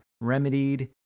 remedied